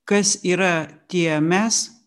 kas yra tie mes